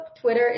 Twitter